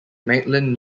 maitland